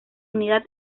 unidad